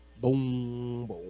boom